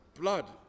Blood